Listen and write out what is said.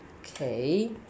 Okay